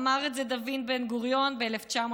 אמר את זה דוד בן-גוריון ב-1950.